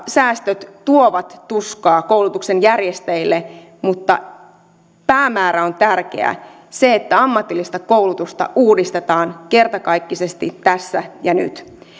säästöt tuovat tuskaa koulutuksen järjestäjille mutta päämäärä on tärkeä se että ammatillista koulutusta uudistetaan kertakaikkisesti tässä ja nyt